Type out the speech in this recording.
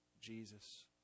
Jesus